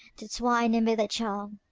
to twine amid the charm,